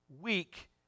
weak